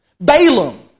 Balaam